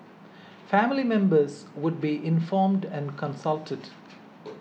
family members would be informed and consulted